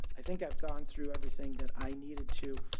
i think i've gone through everything that i needed to.